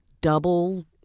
double